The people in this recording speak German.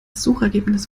suchergebnis